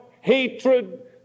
hatred